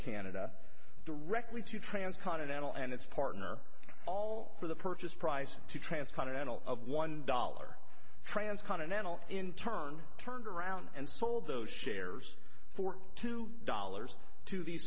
canada directly to trans continental and its partner all for the purchase price to transcontinental of one dollar transcontinental in turn turned around and sold those shares for two dollars to